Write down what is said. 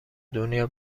دنیا